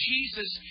Jesus